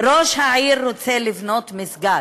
"ראש העיר רוצה לבנות מסגד"